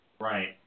right